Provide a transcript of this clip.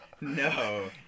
No